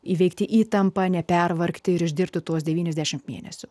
įveikti įtampą nepervargti ir išdirbtų tuos devynis dešimt mėnesių